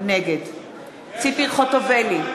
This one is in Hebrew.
נגד ציפי חוטובלי,